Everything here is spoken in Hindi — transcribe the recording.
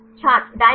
छात्र dipeptide